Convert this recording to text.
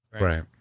Right